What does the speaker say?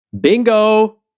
Bingo